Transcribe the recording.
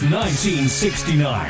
1969